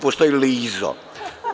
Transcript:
Postoji blizu.